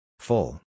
Full